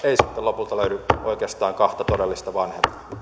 ei sitten lopulta löydy oikeastaan kahta todellista